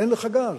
אין לך גז.